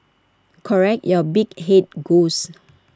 correct your big Head ghost